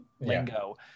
lingo